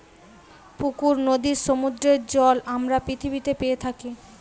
পুকুর, নদীর, সমুদ্রের জল আমরা পৃথিবীতে পেয়ে থাকি